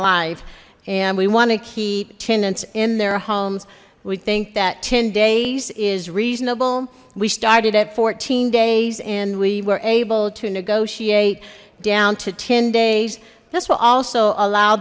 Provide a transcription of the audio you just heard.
life and we want to keep tenants in their homes we think that ten days is reasonable we started at fourteen days and we were able to negotiate down to ten days this will also allow